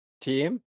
team